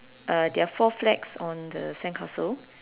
uh there are four flags on the sandcastle